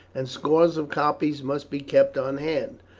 and scores of copies must be kept on hand.